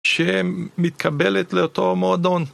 שמתקבלת לאותו מועדון.